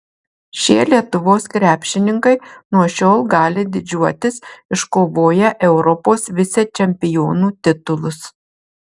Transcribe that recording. šie lietuvos krepšininkai nuo šiol gali didžiuotis iškovoję europos vicečempionų titulus